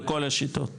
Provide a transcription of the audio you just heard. בכל השיטות,